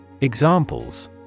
Examples